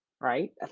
right